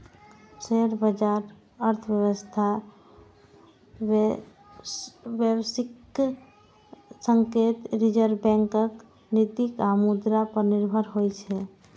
share बाजार अर्थव्यवस्था, वैश्विक संकेत, रिजर्व बैंकक नीति आ मुद्रा पर निर्भर होइ छै